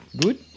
Good